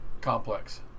complex